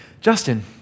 Justin